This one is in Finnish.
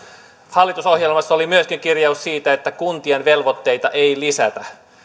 hallitusohjelmassa oli myöskin kirjaus siitä että kuntien velvoitteita ei lisätä